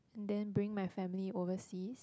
then bring my family overseas